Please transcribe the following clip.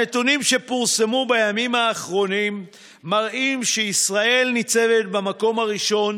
הנתונים שפורסמו בימים האחרונים מראים שישראל ניצבת במקום הראשון